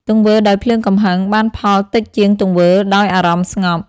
ទង្វើដោយភ្លើងកំហឹងបានផលតិចជាងទង្វើដោយអារម្មណ៍ស្ងប់ ។